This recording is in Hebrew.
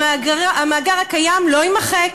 המאגר הקיים לא יימחק.